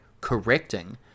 correcting